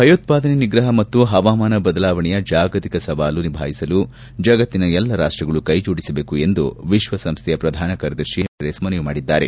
ಭಯೋತ್ಸಾದನೆ ನಿಗ್ರಹ ಮತ್ತು ಹವಾಮಾನ ಬದಲಾವಣೆಯ ಜಾಗತಿಕ ಸವಾಲು ನಿಭಾಯಿಸಲು ಜಗತ್ತಿನ ಎಲ್ಲಾ ರಾಷ್ಷಗಳು ಕೈ ಜೋಡಿಸಬೇಕು ಎಂದು ವಿಶ್ವಸಂಸ್ತೆಯ ಮಹಾ ಕಾರ್ಯದರ್ಶಿ ಆ್ತಂಟೋನಿಯ ಗುಟರಸ್ ಮನವಿ ಮಾಡಿದ್ದಾರೆ